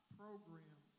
program